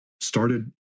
started